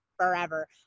forever